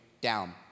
down